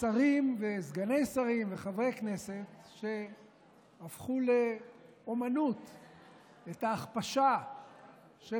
שרים וסגני שרים וחברי כנסת שהפכו את ההכפשה של